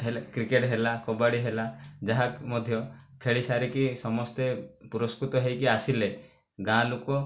cricket ହେଲା କବାଡ଼ି ହେଲା ଯାହା ମଧ୍ୟ ଖେଳିସାରିକି ସମସ୍ତେ ପୁରସ୍କୃତ ହୋଇ ଆସିଲେ ଗାଁ ଲୋକ